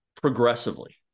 progressively